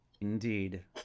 Indeed